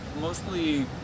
mostly